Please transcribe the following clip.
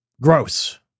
Gross